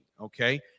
okay